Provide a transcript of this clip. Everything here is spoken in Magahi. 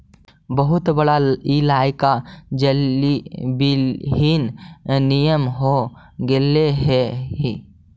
बहुत बड़ा इलाका जलविहीन नियन हो गेले हई